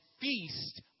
feast